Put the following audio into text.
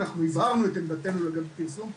אנחנו הבהרנו את עמדתינו לגבי הפרסום.